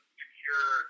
secure